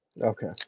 Okay